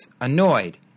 Annoyed